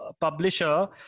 publisher